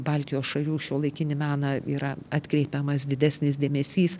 baltijos šalių šiuolaikinį meną yra atkreipiamas didesnis dėmesys